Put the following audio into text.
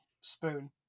spoon